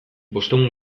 bostehun